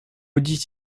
maudits